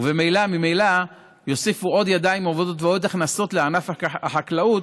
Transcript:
וממילא יוסיפו עוד ידיים עובדות ועוד הכנסות לענף החקלאות,